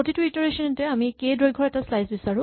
প্ৰতিটো ইটাৰেচন তে আমি কে দৈৰ্ঘৰ এটা স্লাইচ বিচাৰো